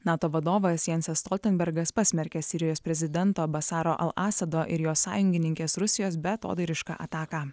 nato vadovas jansas stoltenbergas pasmerkė sirijos prezidento basaro al asado ir jos sąjungininkės rusijos beatodairišką ataką